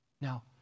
Now